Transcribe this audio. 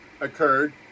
occurred